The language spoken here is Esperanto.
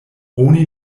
oni